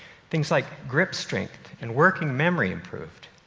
things like grip strength and working memory improved.